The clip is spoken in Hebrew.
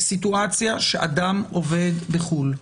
שסיטואציה שאדם עובד בחו"ל,